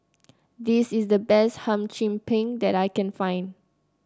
this is the best Hum Chim Peng that I can find